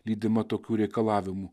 lydima tokių reikalavimų